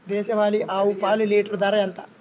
దేశవాలీ ఆవు పాలు లీటరు ధర ఎంత?